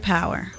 Power